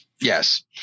Yes